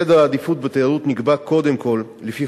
סדר העדיפויות בתיירות נקבע קודם כול לפי